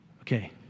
okay